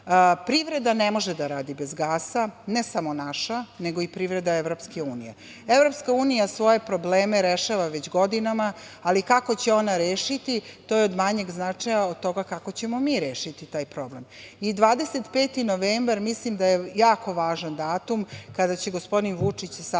Privreda ne može da radi bez gasa, ne samo naša, nego i privreda Evropske unije. Evropska unija svoje probleme rešava već godinama, ali kako će ona rešiti, to je od manjeg značaja od toga kako ćemo mi rešiti taj problem. I 25. novembar mislim da je jako važan datum, kada će se gospodin Vučić sastati